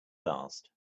last